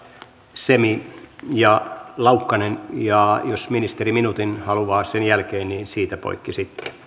semi ja laukkanen ja jos ministeri minuutin haluaa sen jälkeen niin siitä poikki sitten